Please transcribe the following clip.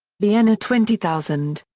vienna twenty thousand.